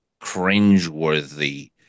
cringeworthy